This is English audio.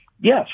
Yes